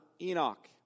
Enoch